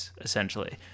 essentially